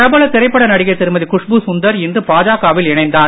பிரபல திரைப்பட நடிகை திருமதி குஷ்பு சுந்தர் இன்று பாஜக வில் இணைந்தார்